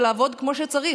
ולעבוד כמו שצריך.